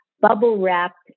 bubble-wrapped